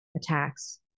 attacks